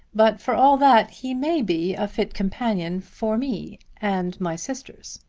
but for all that he may be a fit companion for me and my sisters.